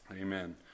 Amen